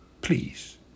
please